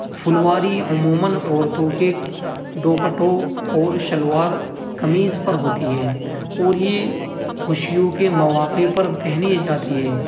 پھلواری عموماً عورتوں کے ڈوپٹوں اور شلوار قمیض پر ہوتی ہے اور یہ خوشیوں کے مواقع پر پہنے جاتی ہیں